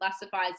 classifies